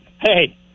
Hey